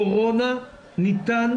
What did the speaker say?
קורונה ניתן